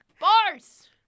Bars